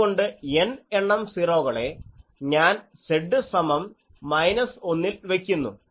അതുകൊണ്ട് N എണ്ണം സീറോകളെ ഞാൻ Z സമം മൈനസ് 1 ൽ വയ്ക്കുന്നു